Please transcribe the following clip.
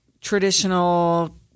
traditional